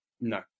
No